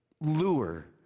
lure